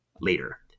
later